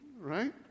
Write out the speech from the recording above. right